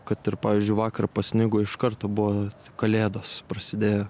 kad ir pavyzdžiui vakar pasnigo iš karto buvo kalėdos prasidėjo